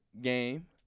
game